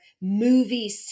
movie